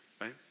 right